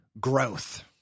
growth